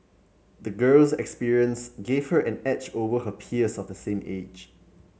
the girl's experience gave her an edge over her peers of the same age